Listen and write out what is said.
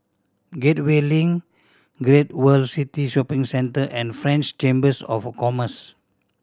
Gateway Link Great World City Shopping Centre and French Chambers of Commerce